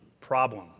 problem